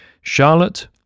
Charlotte